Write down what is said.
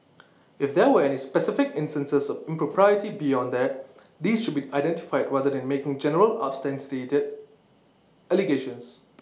if there were any specific instances of impropriety beyond that these should be identified rather than making general unsubstantiated allegations